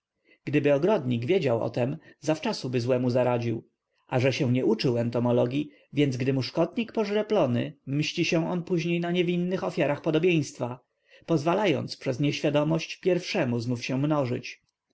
gdyby ogrodnik wiedział o tem zawczasuby złemu zaradził a że się nie uczył entomologii więc gdy mu szkódnik poźre plony mści się on później na niewinnych ofiarach podobieństwa pozwalając przez nieświadomość pierwszemu znów się mnożyć